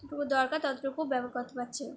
যতটুকু দরকার ততটুকু ব্যবহার করতে পারছি